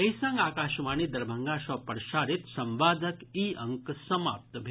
एहि संग आकाशवाणी दरभंगा सँ प्रसारित संवादक ई अंक समाप्त भेल